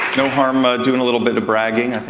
no harm ah doing a little bit of bragging,